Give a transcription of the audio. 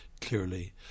clearly